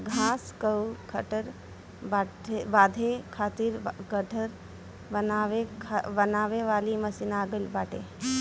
घाँस कअ गट्ठर बांधे खातिर गट्ठर बनावे वाली मशीन आ गइल बाटे